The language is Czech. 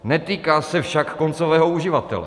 Netýká se však koncového uživatele.